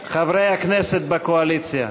חברי הכנסת בקואליציה.